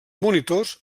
monitors